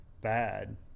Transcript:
bad